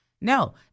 No